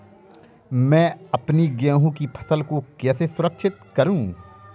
मैं अपनी गेहूँ की फसल को कैसे सुरक्षित करूँ?